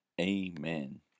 Amen